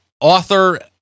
author